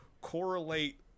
correlate